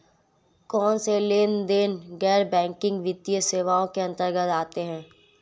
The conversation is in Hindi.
कौनसे लेनदेन गैर बैंकिंग वित्तीय सेवाओं के अंतर्गत आते हैं?